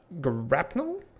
Grapnel